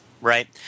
right